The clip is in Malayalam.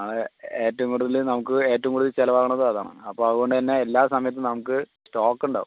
അത് ഏറ്റവും കൂടുതൽ നമുക്ക് ഏറ്റവും കൂടുതൽ ചിലവാകണതും അതാണ് അപ്പം അതുകൊണ്ട് തന്നെ എല്ലാ സമയത്തും നമുക്ക് സ്റ്റോക്കുണ്ടാവും